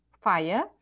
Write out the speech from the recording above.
fire